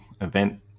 event